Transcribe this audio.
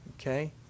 okay